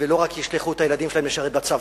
ולא רק ישלחו את הילדים שלהם לשרת בצבא,